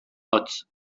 hotz